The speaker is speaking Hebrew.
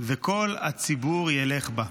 וכל הציבור ילך בה.